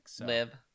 Live